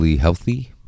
healthy